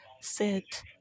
sit